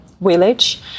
village